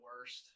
worst